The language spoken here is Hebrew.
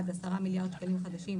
25,000 שקלים חדשים.